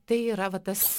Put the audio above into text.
tai yra va tas